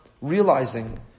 realizing